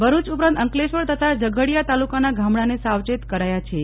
ભરૂચ ઉપરાંત અંકલેશ્વર તથા ઝગડીયા તાલુકાના ગામડાને સાવચેત કરાય ાછે